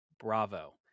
Bravo